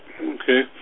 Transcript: Okay